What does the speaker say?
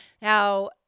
Now